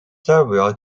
several